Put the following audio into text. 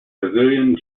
brazilian